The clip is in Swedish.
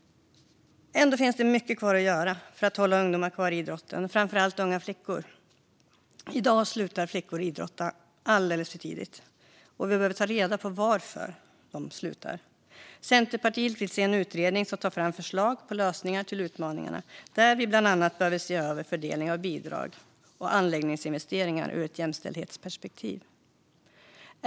Ändå finns mycket kvar att göra för att hålla ungdomar kvar i idrotten, framför allt unga flickor. I dag slutar flickor idrotta alldeles för tidigt, och vi behöver ta reda på varför. Centerpartiet vill se en utredning som tar fram förslag på lösningar på utmaningarna. Där behöver vi bland annat se över fördelningen av bidrag och anläggningsinvesteringar ur ett jämställdhetsperspektiv.